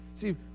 See